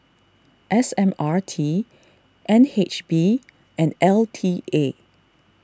S M R T N H B and L T A